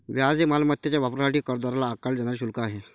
व्याज हे मालमत्तेच्या वापरासाठी कर्जदाराला आकारले जाणारे शुल्क आहे